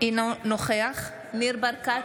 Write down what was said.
אינו נוכח ניר ברקת,